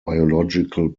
biological